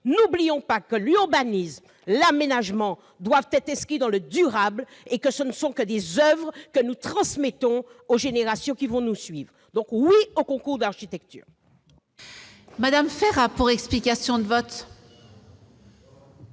N'oublions pas que l'urbanisme et l'aménagement doivent être inscrits dans le durable. Ce ne sont que des oeuvres que nous transmettons aux générations qui vont nous suivre. Oui au concours d'architecture